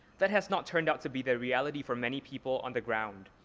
that has not turned out to be the reality for many people on the ground.